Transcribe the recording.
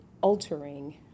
altering